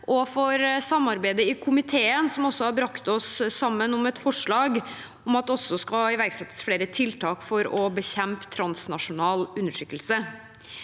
for samarbeidet i komiteen, som har brakt oss sammen om et forslag om at det skal iverksettes flere tiltak for å bekjempe transnasjonal undertrykkelse.